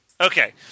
okay